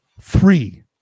Three